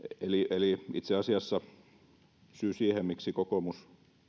eli itse asiassa syy siihen miksi kokoomus